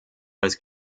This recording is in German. als